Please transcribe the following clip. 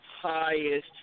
highest